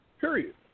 Period